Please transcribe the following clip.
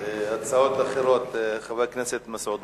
הצעות אחרות, חבר הכנסת מסעוד